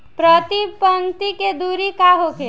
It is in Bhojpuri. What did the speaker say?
प्रति पंक्ति के दूरी का होखे?